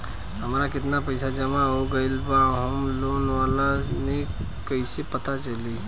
हमार केतना पईसा जमा हो गएल बा होम लोन वाला मे कइसे पता चली?